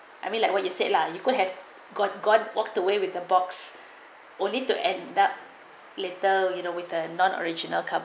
I mean like what you said lah you could have got got walked away with the box only to end up later you know with a non original cup